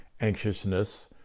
anxiousness